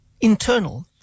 internal